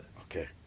okay